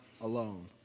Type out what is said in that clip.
alone